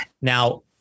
Now